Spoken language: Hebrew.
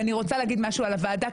ואני רוצה להגיד משהו על הוועדה,